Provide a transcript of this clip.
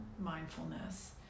mindfulness